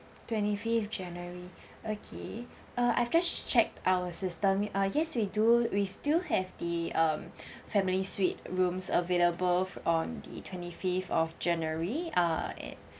twenty fifth january okay uh I've just checked our system uh yes we do we still have the um family suite rooms available on the twenty fifth of january uh an~